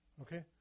Okay